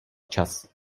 čas